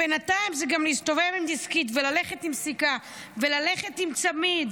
בינתיים זה גם להסתובב עם דיסקית וללכת עם סיכה וללכת עם צמיד,